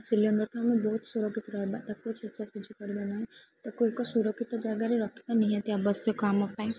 ସିଲିଣ୍ଡରଠୁ ଆମେ ବହୁତ ସୁରକ୍ଷିତ ରହିବା ତାକୁ ଛେଚା ଛେଚି କରିବା ନାହିଁ ତାକୁ ଏକ ସୁରକ୍ଷିତ ଜାଗାରେ ରଖିବା ନିହାତି ଆବଶ୍ୟକ ଆମ ପାଇଁ